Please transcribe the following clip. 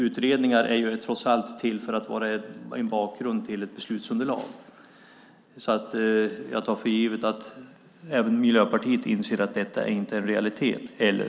Utredningar är trots allt till för att vara en bakgrund till ett beslutsunderlag. Jag tar för givet att även Miljöpartiet inser att detta inte är en realitet. Eller?